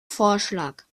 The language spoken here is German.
vorschlag